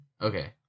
Okay